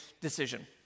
decision